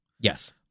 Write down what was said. Yes